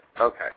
Okay